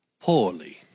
poorly